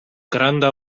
granda